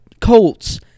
Colts